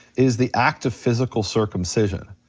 is the act of physical circumcision.